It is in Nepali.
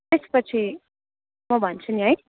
त्यसपछि म भन्छु नि है